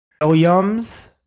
Williams